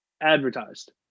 advertised